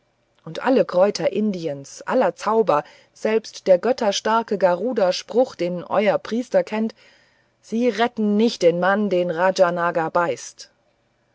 und alle kräuter indiens aller zauber selbst der götterstarke garuda spruch den eure priester kennen sie retten nicht den mann den rajanaga beißt